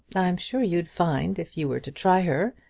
i'm sure you'd find, if you were to try her,